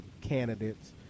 candidates